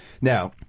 Now